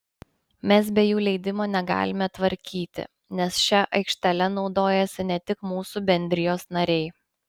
mes be jų leidimo negalime tvarkyti nes šia aikštele naudojasi ne tik mūsų bendrijos nariai